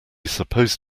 supposed